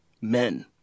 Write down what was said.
Men